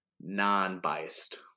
non-biased